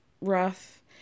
rough